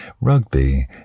rugby